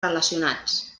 relacionats